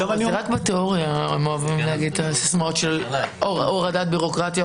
אבל רק בתיאוריה הם אוהבים להגיד את הסיסמאות של הורדת בירוקרטיה,